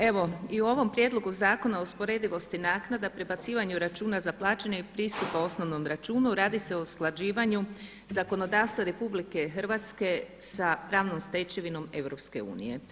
Evo i u ovom Prijedlogu zakona o usporedivosti naknada, prebacivanju računa za plaćanje i pristupu osnovnom računu radi se o usklađivanju zakonodavstva RH sa pravnom stečevinom EU.